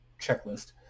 checklist